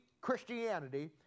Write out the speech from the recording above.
Christianity